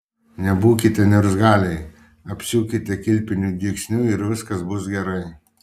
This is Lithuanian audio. nebūkite niurzgaliai apsiūkite kilpiniu dygsniu ir viskas bus gerai